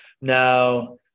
Now